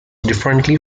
differently